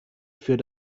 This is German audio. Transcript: für